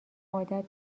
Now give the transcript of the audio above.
عادت